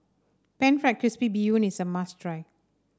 pan fried crispy Bee Hoon is a must try